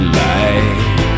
light